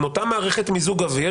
עם אותה מערכת מיזוג אוויר,